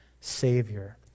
Savior